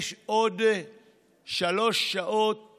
יש עוד שלוש שעות